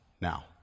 now